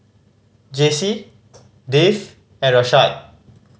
Jessy Dave and Rashaad